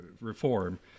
reform